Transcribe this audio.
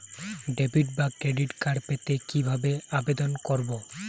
Debit বা credit card পেতে কি ভাবে আবেদন করব?